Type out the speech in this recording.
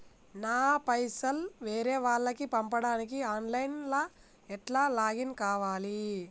నా పైసల్ వేరే వాళ్లకి పంపడానికి ఆన్ లైన్ లా ఎట్ల లాగిన్ కావాలి?